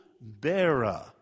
bearer